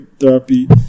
therapy